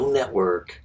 Network